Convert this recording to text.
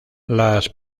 las